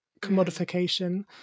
commodification